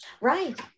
right